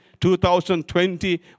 2020